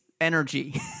energy